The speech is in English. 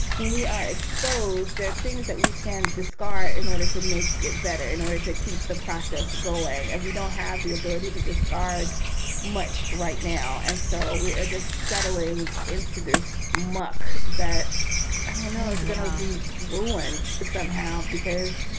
when we are exposed, there are things that we can discard in order to make it better, in order to keep the process going. and we don't have the ability to discard much right now. and so we are just settling into this muck that and is going to be ruined somehow because